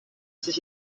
sich